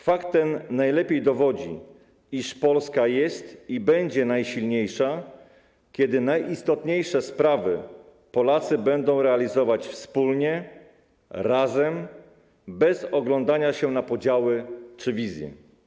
Fakt ten najlepiej dowodzi, iż Polska jest i będzie najsilniejsza, kiedy najistotniejsze sprawy Polacy będą realizować wspólnie, razem, bez oglądania się na podziały czy wizje.